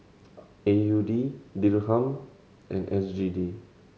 A U D Dirham and S G D